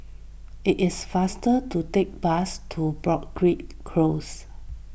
it is faster to take the bus to Broadrick Close